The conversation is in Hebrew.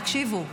תקשיבו,